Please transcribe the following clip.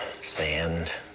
sand